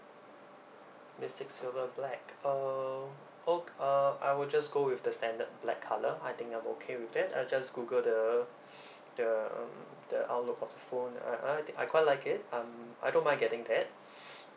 mystic silver black uh ok~ uh I will just go with the standard black colour I think I'm okay with that I'll just Google the the um the outlook of the phone uh I I think I quite like it um I don't mind getting that